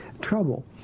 trouble